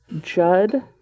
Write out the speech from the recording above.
Judd